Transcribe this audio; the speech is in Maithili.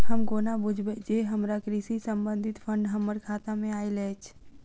हम कोना बुझबै जे हमरा कृषि संबंधित फंड हम्मर खाता मे आइल अछि?